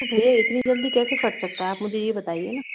तो भैया इतनी जल्दी कैसे फट सकता है आप मुझे ये बताइए ना